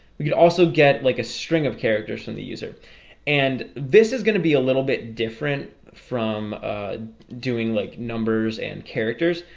we could also get like a string of characters from the user and this is going to be a little bit different from doing like numbers and characters.